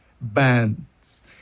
bands